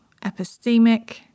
epistemic